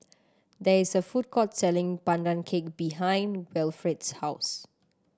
there is a food court selling Pandan Cake behind Wilfred's house